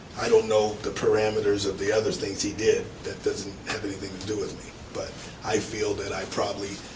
i don't know the parameters of the other things he did, that doesn't have anything to do with me. but i feel that i probably,